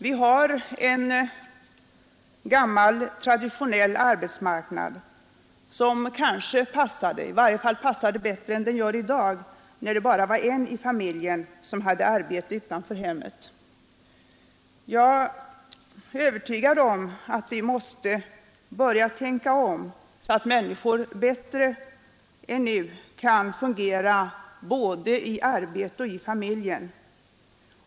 Vi har en gammal traditionell arbetsmarknad som passade bättre då det bara var en i familjen som hade arbete utanför hemmet. Jag är övertygad om att vi måste börja tänka om så att människor bättre än nu kan fungera både i arbetet och inom familjen.